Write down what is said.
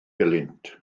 helynt